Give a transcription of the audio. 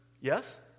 yes